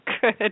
Good